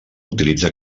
utilitza